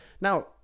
Now